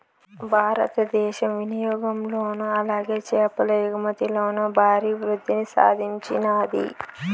భారతదేశం వినియాగంలోను అలాగే చేపల ఎగుమతిలోను భారీ వృద్దిని సాధించినాది